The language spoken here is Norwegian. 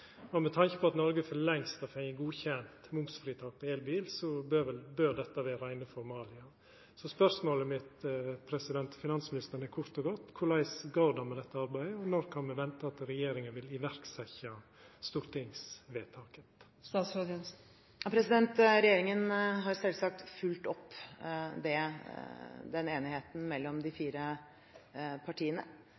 Med tanke på at Noreg for lengst har fått godkjent momsfritak på elbil, bør dette vera innanfor formalia. Så spørsmålet mitt til finansministeren er kort og godt: Korleis går det med dette arbeidet, og når kan me venta at regjeringa vil setja i verk stortingsvedtaket? Regjeringen har selvsagt fulgt opp den enheten mellom de